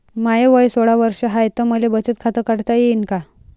माय वय सोळा वर्ष हाय त मले बचत खात काढता येईन का?